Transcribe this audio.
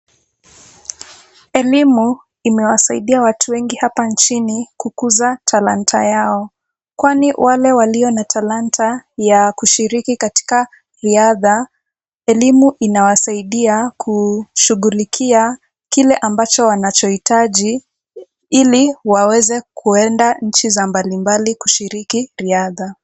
Elimu imewasaidia watu wengi hapa nchini kukuza talanta yao kwani wale walio na talanta ya kushiriki katika riadha elimu inawasaidia kushughulikia kile ambacho wanacho hitaji ili waweze kuenda nchi za mbali mbali kushiriki riadha.